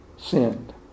sinned